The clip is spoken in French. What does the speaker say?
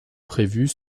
prévus